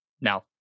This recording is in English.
now